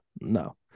No